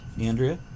Andrea